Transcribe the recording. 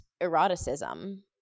eroticism